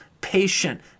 patient